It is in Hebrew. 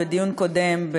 בדיון שהיה קודם,